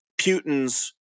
Putin's